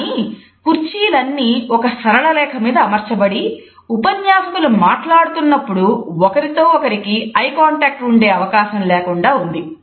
కానీ కుర్చీలన్నీ ఒక సరళ రేఖ మీద అమర్చబడి ఉపన్యాసకులు మాట్లాడుతున్నప్పుడు ఒకరితో ఒకరికి ఐ కాంటాక్ట్ ఉండె అవకాశం లేకుండా ఉంది